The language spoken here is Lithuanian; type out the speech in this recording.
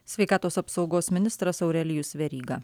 sveikatos apsaugos ministras aurelijus veryga